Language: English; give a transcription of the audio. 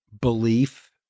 belief